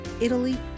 Italy